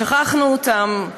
שכחנו אותם.